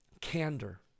candor